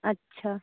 अच्छा